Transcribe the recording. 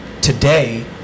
today